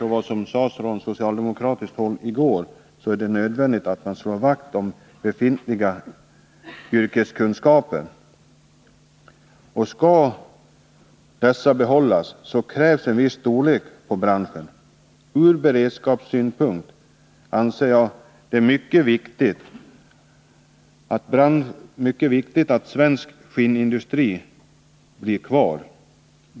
Som framhölls från socialdemokratiskt hålli går är det nödvändigt att man slår vakt om befintliga yrkeskunskaper. Skall dessa behållas, krävs en viss storlek på branschen. Dessutom anser jag det vara mycket viktigt ur beredskapssynpunkt att svensk skinnindustri blir kvar.